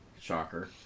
Shocker